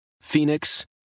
Phoenix